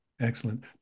Excellent